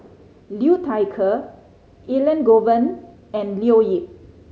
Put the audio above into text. Liu Thai Ker Elangovan and Leo Yip